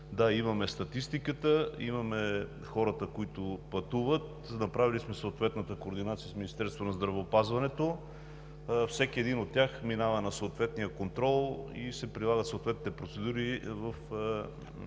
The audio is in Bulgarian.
Да, имаме статистиката, имаме хората, които пътуват, направили сме съответната координация с Министерството на здравеопазването. Всеки от тях минава през съответния контрол и се прилагат съответните процедури в